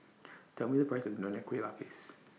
Tell Me The Price of Nonya Kueh Lapis